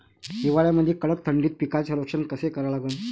हिवाळ्यामंदी कडक थंडीत पिकाचे संरक्षण कसे करा लागन?